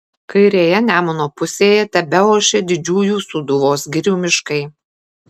kairėje nemuno pusėje tebeošė didžiųjų sūduvos girių miškai